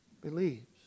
believes